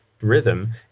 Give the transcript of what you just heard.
rhythm